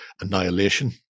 Annihilation